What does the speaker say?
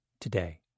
today